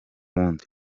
wundi